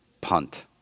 Punt